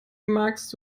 magst